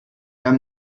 haben